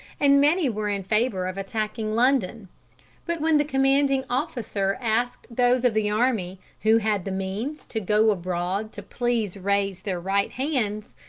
and many were in favor of attacking london but when the commanding officer asked those of the army who had the means to go abroad to please raise their right hands,